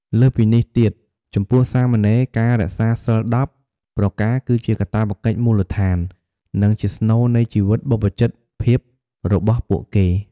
លើសពីនេះទៀត ចំពោះសាមណេរ ការរក្សា សីល ១០ ប្រការ គឺជាកាតព្វកិច្ចមូលដ្ឋាន និងជាស្នូលនៃជីវិតបព្វជិតភាពរបស់ពួកគេ។